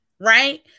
right